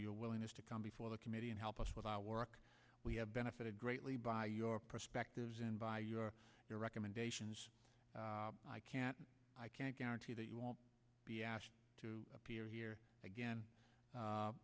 your willingness to come before the committee and help us with our work we have benefited greatly by your perspectives and by your recommendations i can't i can't guarantee that you won't be asked to appear here again